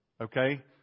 okay